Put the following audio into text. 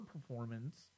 performance